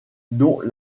dont